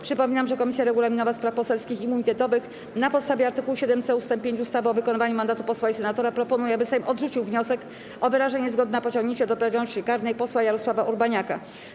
Przypominam, że Komisja Regulaminowa, Spraw Poselskich i Immunitetowych na postawie art. 7c ust. 5 ustawy o wykonywaniu mandatu posła i senatora proponuje, aby Sejm odrzucił wniosek o wyrażenie zgody na pociągnięcie do odpowiedzialności karnej posła Jarosława Urbaniaka.